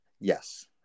Yes